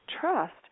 trust